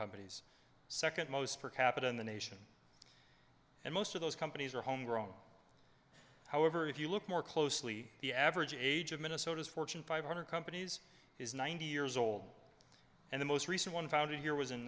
companies second most per capita in the nation and most of those companies are homegrown however if you look more closely the average age of minnesota's fortune five hundred companies is ninety years old and the most recent one thousand here was in